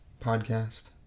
podcast